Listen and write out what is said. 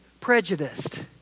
prejudiced